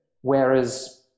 Whereas